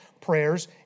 prayers